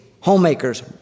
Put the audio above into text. homemakers